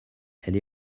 elle